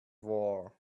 war